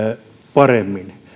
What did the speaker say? paremmin